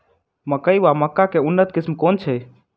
मकई वा मक्का केँ उन्नत किसिम केँ छैय?